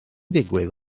digwydd